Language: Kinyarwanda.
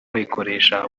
bayikoresha